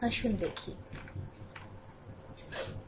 আসুন দেখি